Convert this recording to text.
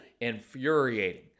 infuriating